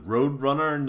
Roadrunner